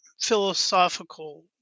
philosophical